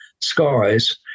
skies